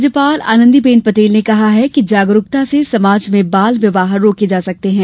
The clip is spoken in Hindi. राज्यपाल आनंदीबेन पटेल ने कहा कि जागरुकता से समाज में बाल विवाह रोके जा सकते हैं